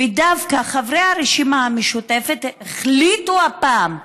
ודווקא חברי הרשימה המשותפת החליטו הפעם,